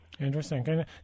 Interesting